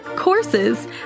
courses